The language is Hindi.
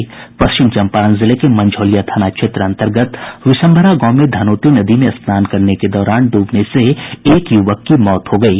पश्चिम चंपारण जिले के मंझौलिया थाना क्षेत्र अंतर्गत बिशंभरा गांव में धनौती नदी में स्नान करने के दौरान डूबने से एक युवक की मौत हो गयी